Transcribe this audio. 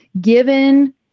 given